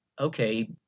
okay